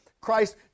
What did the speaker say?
Christ